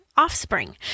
offspring